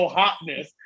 hotness